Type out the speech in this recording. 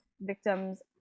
victims